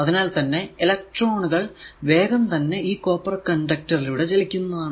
അതിനാൽ തന്നെ ഇലെക്ട്രോണുകൾ വേഗം തന്നെ ഈ കോപ്പർ കണ്ടക്ടർ ലൂടെ ചലിക്കുന്നതാണ്